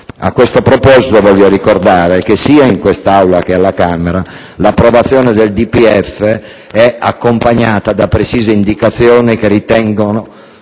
A questo proposito voglio ricordare che sia in quest'Aula sia alla Camera l'approvazione del DPEF è stata accompagnata da precise indicazioni che ritengo